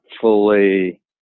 fully